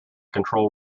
control